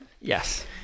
Yes